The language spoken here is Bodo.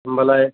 होमबालाय